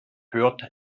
hört